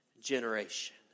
generation